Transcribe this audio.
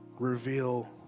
Reveal